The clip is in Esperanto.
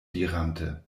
dirante